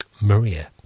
Maria